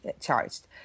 charged